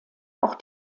auch